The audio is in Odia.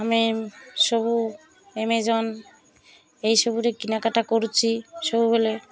ଆମେ ସବୁ ଆମାଜନ୍ ଏସବୁରେ କିଣା କଟା କରୁଛି ସବୁବେଳେ